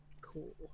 cool